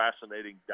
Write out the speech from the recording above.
fascinating